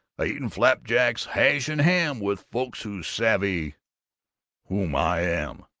a-eatin' flap jacks, hash, and ham, with folks who savvy whom i am!